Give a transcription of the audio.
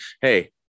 hey